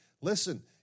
Listen